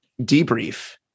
debrief